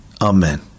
Amen